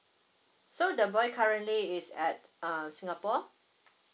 so the boy currently is at uh singapore